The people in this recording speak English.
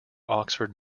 oxford